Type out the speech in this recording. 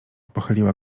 pochyliła